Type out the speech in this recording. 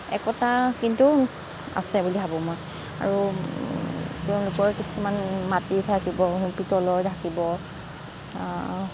একতা কিন্তু আছে বুলি ভাবোঁ মই আৰু তেওঁলোকৰ কিছুমান মাটি থাকিব পিতলৰ থাকিব